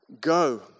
go